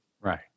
Right